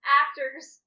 actors